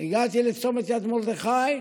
הגעתי לצומת יד מרדכי,